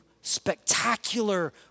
spectacular